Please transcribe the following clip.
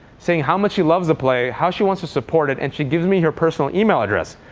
saying how much she loves the play, how she wants to support it. and she gives me her personal email address,